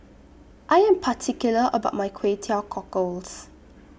I Am particular about My Kway Teow Cockles